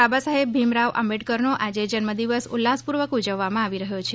બાબાસાહેબ ભીમરાવ આંબડકરનો આજે જન્મદિવસ ઉલ્લાસપૂર્વક ઉજવવામાં આવી રહ્યા છે